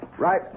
Right